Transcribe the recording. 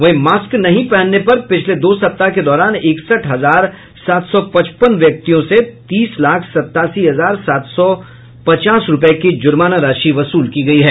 वहीं मास्क नहीं पहनने पर पिछले दो सप्ताह के दौरान इकसठ हजार सात सौ पचपन व्यक्तियों से तीस लाख सत्तासी हजार सात सौ पचास रुपये की जुर्माना राशि वसूल की गयी है